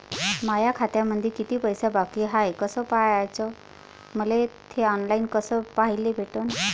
माया खात्यामंधी किती पैसा बाकी हाय कस पाह्याच, मले थे ऑनलाईन कस पाह्याले भेटन?